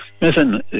listen